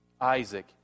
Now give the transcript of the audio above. Isaac